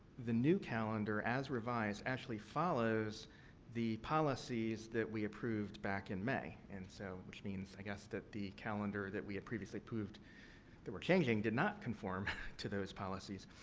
the new calendar, as revised, actually follows the policies that we approved back in may. and, so, which means that the calendar that we had previously approved that we're changing did not confirm to those policies.